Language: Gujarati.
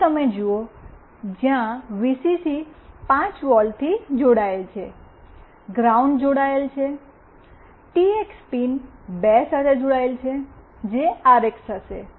જો તમે જુઓ જ્યાં વીસીસી 5 વોલ્ટથી જોડાયેલ છે ગ્રાઉન્ડ જોડાયેલ છે ટીએક્સ પિન 2 સાથે જોડાયેલ છે જે આરએક્સ હશે